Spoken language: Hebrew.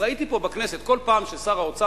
ראיתי פה בכנסת שכל פעם ששר האוצר